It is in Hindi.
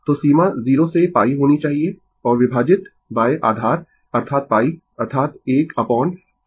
तो सीमा 0 से π होनी चाहिए और विभाजित आधार अर्थात π अर्थात 1 अपोन πd